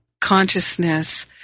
consciousness